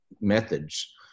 methods